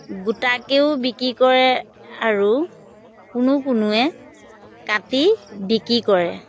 গোটাকেও বিক্ৰী কৰে আৰু কোনো কোনোৱে কাটি বিক্ৰী কৰে